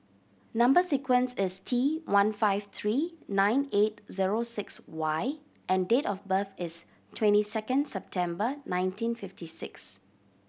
number sequence is T one five three nine eight zero six Y and date of birth is twenty second September nineteen fifty six